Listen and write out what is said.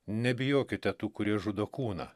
nebijokite tų kurie žudo kūną